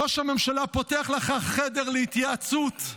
ראש הממשלה פותח לך חדר להתייעצות,